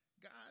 God